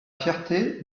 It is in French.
fierté